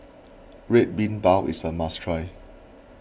Red Bean Bao is a must try